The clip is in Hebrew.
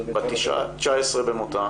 בת 19 במותה,